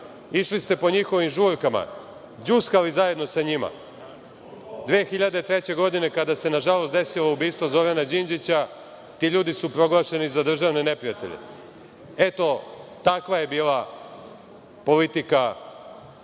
Išli ste po njihovim žurkama, đuskali zajedno sa njima. Godine 2003. kada se, nažalost, desilo ubistvo Zorana Đinđića, ti ljudi su proglašeni za državne neprijatelje. Eto, takva je bila politika